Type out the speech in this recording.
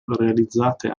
realizzate